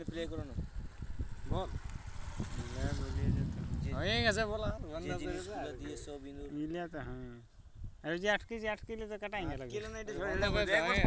যে জিনিস গুলা দিয়ে সব ইঁদুর, ছুঁচো মারতিছে সেগুলাকে রোডেন্টসাইড বলতিছে